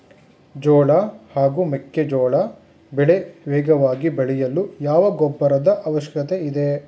ಜೋಳ ಹಾಗೂ ಮೆಕ್ಕೆಜೋಳ ಬೆಳೆ ವೇಗವಾಗಿ ಬೆಳೆಯಲು ಯಾವ ಗೊಬ್ಬರದ ಅವಶ್ಯಕತೆ ಇದೆ?